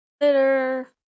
Later